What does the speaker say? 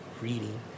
reading